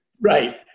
Right